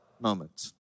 moments